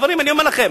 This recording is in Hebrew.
אני אומר לכם,